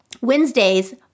Wednesdays